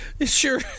Sure